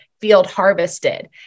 field-harvested